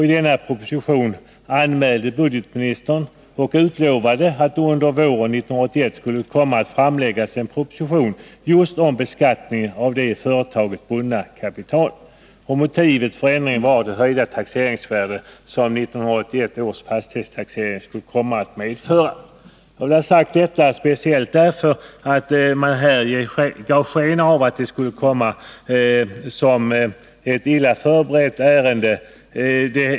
I denna proposition anmälde budgetministern att det under våren 1981 skulle komma att framläggas en proposition om beskattningen av det i företagen bundna kapitalet. Motivet för ändringen var de höjda taxeringsvärden som 1981 års fastighetstaxering kommer att medföra. Jag har sagt detta speciellt därför att det här kan ges sken av att det skulle komma som ett illa förberett ärende.